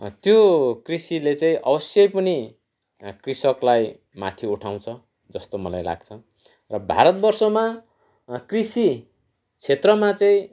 त्यो कृषिले चाहिँ अवश्यै पनि कृषकलाई माथि उठाउँछ जस्तो मलाई लाग्छ र भारतवर्षमा कृषि क्षेत्रमा चाहिँ